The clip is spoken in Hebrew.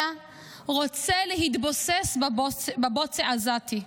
אלא רוצה להתבוסס בבוץ העזתי.